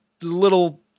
little